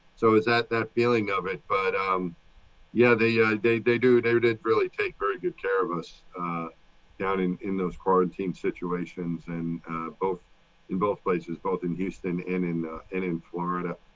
so is that that feeling of it? but um yeah, they yeah they they do they did really take very good care of us down in in those quarantine situations, and both in both places, both in houston and in and in florida.